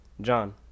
John